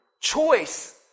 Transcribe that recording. choice